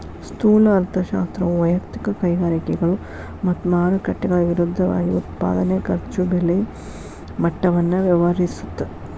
ಸ್ಥೂಲ ಅರ್ಥಶಾಸ್ತ್ರವು ವಯಕ್ತಿಕ ಕೈಗಾರಿಕೆಗಳು ಮತ್ತ ಮಾರುಕಟ್ಟೆಗಳ ವಿರುದ್ಧವಾಗಿ ಉತ್ಪಾದನೆ ಖರ್ಚು ಬೆಲೆ ಮಟ್ಟವನ್ನ ವ್ಯವಹರಿಸುತ್ತ